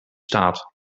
staat